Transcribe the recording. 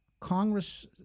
Congress